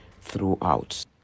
throughout